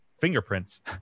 fingerprints